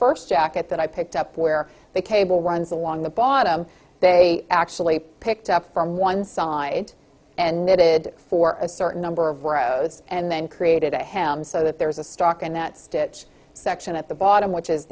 first jacket that i picked up where the cable runs along the bottom they actually picked up from one side and knitted for a certain number of rows and then created a hem so that there's a stock in that stitch section at the bottom which is